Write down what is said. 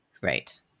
right